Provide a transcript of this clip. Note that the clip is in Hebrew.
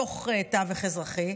מתוך תווך אזרחי.